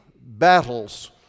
battles